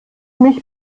mich